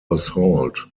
assault